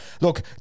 Look